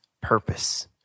purpose